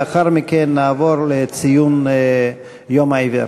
לאחר מכן נעבור לציון יום העיוור.